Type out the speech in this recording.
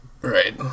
Right